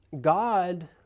God